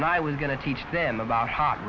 and i was going to teach them about hot